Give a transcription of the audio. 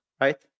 right